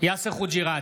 יאסר חוג'יראת,